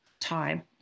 time